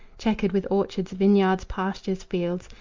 checkered with orchards, vineyards, pastures, fields,